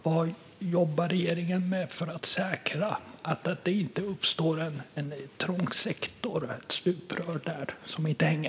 Vad jobbar regeringen med för att säkra att det inte uppstår en trång sektor där?